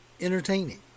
entertaining